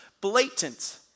blatant